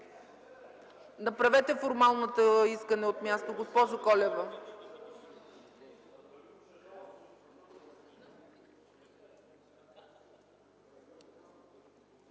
Направете формалното искане от място, госпожо Колева.